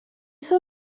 suo